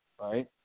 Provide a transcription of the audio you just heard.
right